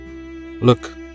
Look